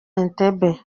entebbe